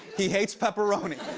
he hates pepperoni.